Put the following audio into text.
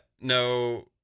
No